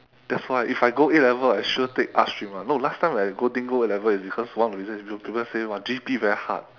that's why if I go A level I sure take arts stream [one] no last time I go didn't go A level is because one of the reason is because people say !wah! G_P very hard